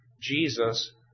Jesus